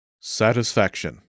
Satisfaction